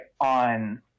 on